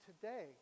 today